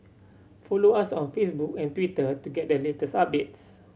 follow us on Facebook and Twitter to get the latest updates